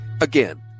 Again